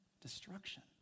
destruction